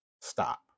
stop